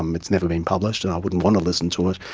um it's never been published, and i wouldn't want to listen to it.